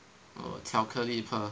oh 巧克力 pearl